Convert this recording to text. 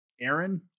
Aaron